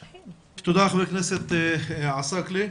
תודה, חבר הכנסת עסאקלה.